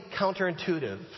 counterintuitive